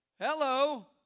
Hello